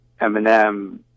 Eminem